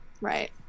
right